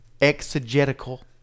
exegetical